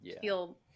feel